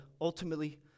ultimately